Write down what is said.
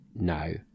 No